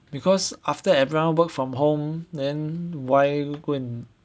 because after everyone work from home then why go and